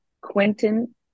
Quentin